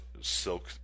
silk